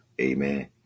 amen